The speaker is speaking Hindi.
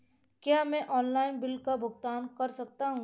क्या मैं ऑनलाइन बिल का भुगतान कर सकता हूँ?